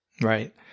Right